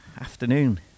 afternoon